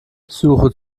suche